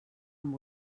amb